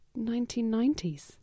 1990s